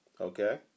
Okay